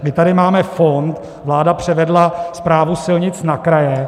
My tady máme fond, vláda převedla právo silnic na kraje.